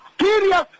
serious